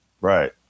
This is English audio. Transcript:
right